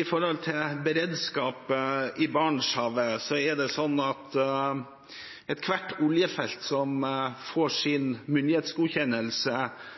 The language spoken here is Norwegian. det gjelder beredskap i Barentshavet, er det sånn at ethvert oljefelt som får sin myndighetsgodkjennelse,